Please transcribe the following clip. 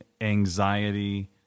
anxiety